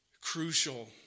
crucial